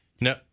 No